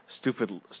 stupid